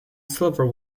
silver